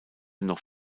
noch